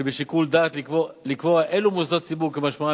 שבשיקול דעת לקבוע אילו מוסדות ציבור כמשמעם